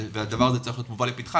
והדבר הזה צריך להיות מובא לפתחה.